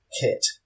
kit